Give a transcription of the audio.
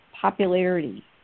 popularity